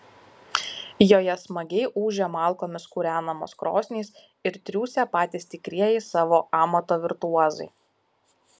joje smagiai ūžia malkomis kūrenamos krosnys ir triūsia patys tikrieji savo amato virtuozai